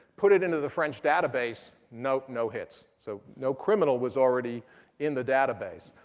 put it into the french database, nope no hits. so no criminal was already in the database.